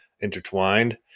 intertwined